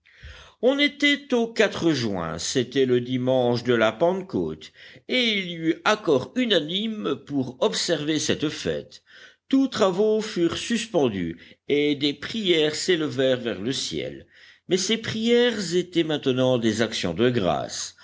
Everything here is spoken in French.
on était au juin c'était le dimanche de la pentecôte et il y eut accord unanime pour observer cette fête tous travaux furent suspendus et des prières s'élevèrent vers le ciel mais ces prières étaient maintenant des actions de grâces